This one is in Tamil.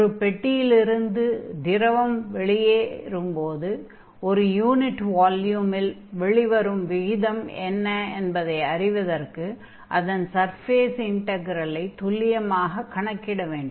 ஒரு பெட்டியிலிருந்து திரவம் வெளியேறும் போது ஒரு யூனிட் வால்யூமில் வெளிவரும் விகிதம் என்ன என்பதைக் அறிவதற்கு அதன் சர்ஃபேஸ் இன்டக்ரெலை துல்லியமாகக் கணக்கிட வேண்டும்